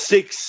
Six